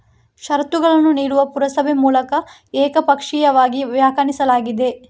ಷರತ್ತುಗಳನ್ನು ನೀಡುವ ಪುರಸಭೆ ಮೂಲಕ ಏಕಪಕ್ಷೀಯವಾಗಿ ವ್ಯಾಖ್ಯಾನಿಸಲಾಗಿದೆ